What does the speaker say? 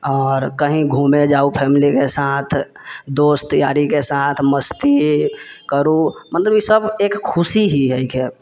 आओर कहीं घूमे जाउ फैमिलीके साथ दोस्त यारीके साथ मस्ती करू मतलब ई सब एक खुशी ही है के